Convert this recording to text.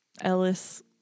Ellis